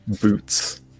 boots